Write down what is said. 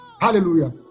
Hallelujah